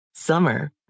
Summer